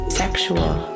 sexual